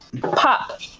Pop